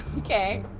okay,